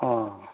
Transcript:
अ